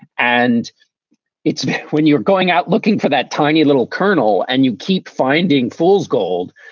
and it's when you're going out looking for that tiny little kernel and you keep finding fool's gold.